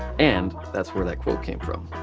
and that's where that quote came from.